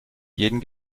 jeden